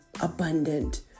abundant